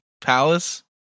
palace